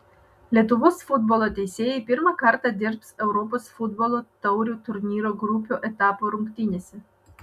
lietuvos futbolo teisėjai pirmą kartą dirbs europos futbolo taurių turnyro grupių etapo rungtynėse